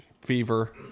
fever